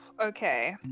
Okay